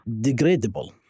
degradable